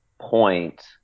point